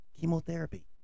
chemotherapy